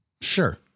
Sure